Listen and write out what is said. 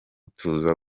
tuza